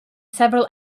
several